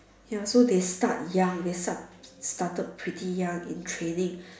ya so they start young they start started pretty young in training